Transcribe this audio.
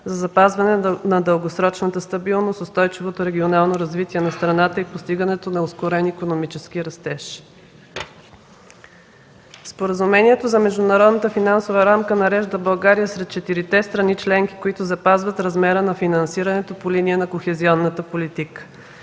за запазване на дългосрочната стабилност, устойчивото регионално развитие на страната и постигането на ускорен икономически растеж. Споразумението за МФР нарежда България сред четирите страни членки, които запазват размера на финансирането по линия на кохезионната политика.